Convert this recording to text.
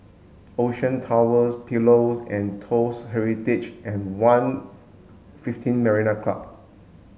Ocean Towers Pillows and Toast Heritage and One fifteen Marina Club